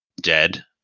dead